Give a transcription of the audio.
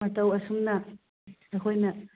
ꯃꯇꯧ ꯑꯁꯨꯝꯅ ꯑꯩꯈꯣꯏꯅ